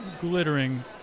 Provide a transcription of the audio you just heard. glittering